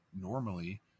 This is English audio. normally